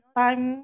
time